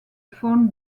phone